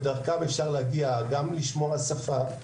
ודרכם אפשר להגיע לשמוע שפה,